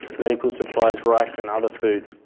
medical supplies, rice and other food.